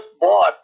bought